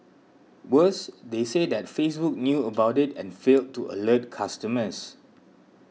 worse they say that Facebook knew about it and failed to alert customers